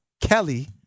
Kelly